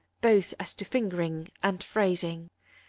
both as to fingering and phrasing